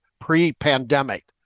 pre-pandemic